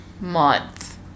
month